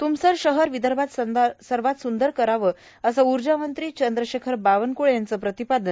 तुमसर शहर विदर्भात सर्वात सुंदर करावं असं उर्जामंत्री चंद्रशेखर बावनकुळे यांचं प्रतिपादन